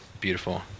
beautiful